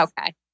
Okay